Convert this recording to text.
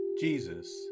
Jesus